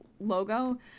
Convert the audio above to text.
Logo